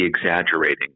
exaggerating